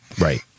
Right